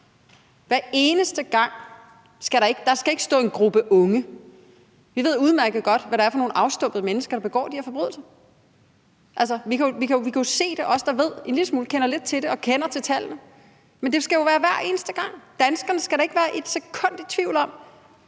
hver eneste gang. Der skal ikke bare stå »en gruppe unge«. Vi ved udmærket godt, hvad det er for nogle afstumpede mennesker, der begår de her forbrydelser. Altså, vi, der ved en lille smule, kender lidt til det og kender til tallene, kan jo se det, men det skal jo være hver eneste gang. Danskerne skal da ikke være et sekund i tvivl om,